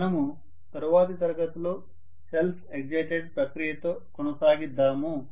మనము తరువాతి తరగతిలో సెల్ఫ్ ఎక్సైటెడ్ ప్రక్రియతో కొనసాగిద్దాము